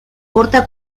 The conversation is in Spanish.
corta